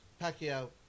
Pacquiao